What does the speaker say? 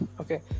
okay